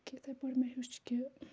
کہِ یِتھَے پٲٹھۍ مےٚ ہیوٚچھ کہِ